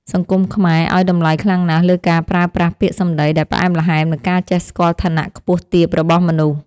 សង្គមខ្មែរឱ្យតម្លៃខ្លាំងណាស់លើការប្រើប្រាស់ពាក្យសម្តីដែលផ្អែមល្ហែម និងការចេះស្គាល់ឋានៈខ្ពស់ទាបរបស់មនុស្ស។